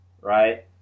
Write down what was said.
right